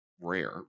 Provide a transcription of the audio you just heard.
rare